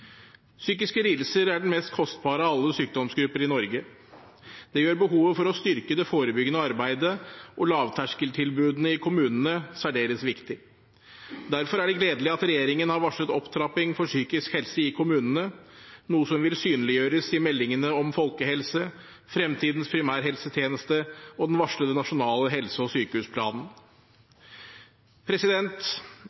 Psykiske lidelser er den mest kostbare av alle sykdomsgrupper i Norge. Det gjør behovet for å styrke det forebyggende arbeidet og lavterskeltilbudene i kommunene særdeles viktig. Derfor er det gledelig at regjeringen har varslet opptrapping for psykisk helse i kommunene, noe som vil synliggjøres i meldingene om folkehelse, fremtidens primærhelsetjeneste og den varslede nasjonale helse- og sykehusplanen.